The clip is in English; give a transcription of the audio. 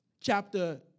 chapter